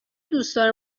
دوستدار